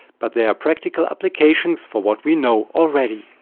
but there are practical applications for what we know already.